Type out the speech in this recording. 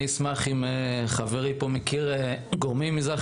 אני אשמח אם חברי פה מכיר גורמים במזרח